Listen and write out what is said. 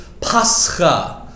Pascha